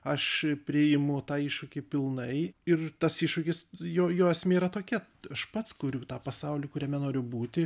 aš priimu tą iššūkį pilnai ir tas iššūkis jo jo esmė yra tokia aš pats kuriu tą pasaulį kuriame noriu būti